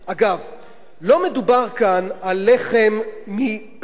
לא מדובר כאן על לחם מכל סוג.